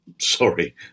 Sorry